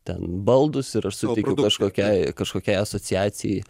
ten baldus ir aš suteikiu kažkokiai kažkokiai asociacijai